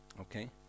okay